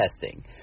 testing